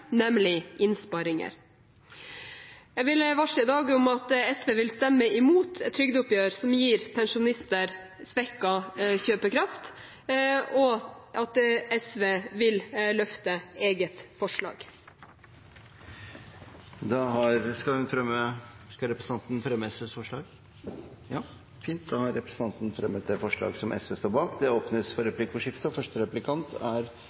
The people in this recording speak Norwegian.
nemlig innsparinger. Jeg vil i dag varsle om at SV vil stemme imot et trygdeoppgjør som gir pensjonister svekket kjøpekraft, og at SV vil løfte eget forslag. Skal representanten Kirsti Bergstø fremme SVs forslag? Ja, jeg tar opp SVs forslag. Da har representanten Kirsti Bergstø fremmet SVs forslag. Det blir replikkordskifte. SV er eit parti som er